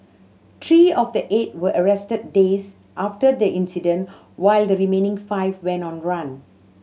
three of the eight were arrested days after the incident while the remaining five went on run